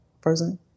person